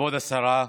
כבוד השרה,